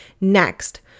Next